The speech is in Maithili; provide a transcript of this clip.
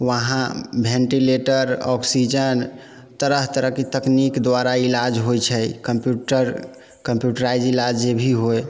वहाँ भेन्टिलेटर ऑक्सिजन तरह तरहके तकनीक द्वारा इलाज होइ छै कम्प्यूटर कम्प्यूटराइज्ड इलाज भी होइ